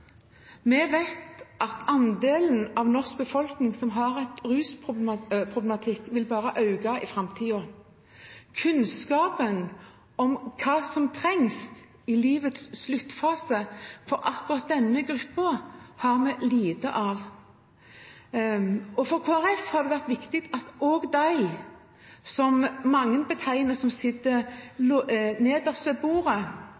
Vi vet at andelen av norsk befolkning som har rusproblematikk, bare vil øke i framtiden. Kunnskap om hva som trengs i livets sluttfase for akkurat denne gruppen, har vi lite av. For Kristelig Folkeparti har det vært viktig også med dem som mange betegner som dem som sitter nederst ved bordet.